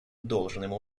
должным